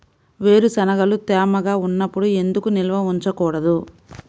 వేరుశనగలు తేమగా ఉన్నప్పుడు ఎందుకు నిల్వ ఉంచకూడదు?